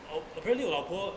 ou~ apparently 老婆